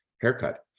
haircut